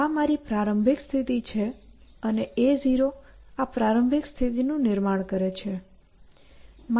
આ મારી પ્રારંભિક સ્થિતિ છે અને a0 આ પ્રારંભિક સ્થિતિનું નિર્માણ કરે છે